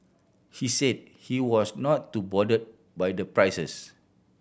he said he was not too bothered by the prices